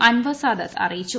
അൻവർ സാദത്ത് അറിയിച്ചു